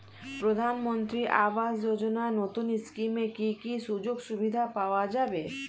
প্রধানমন্ত্রী আবাস যোজনা নতুন স্কিমে কি কি সুযোগ সুবিধা পাওয়া যাবে?